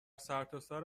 سرتاسر